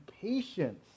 patience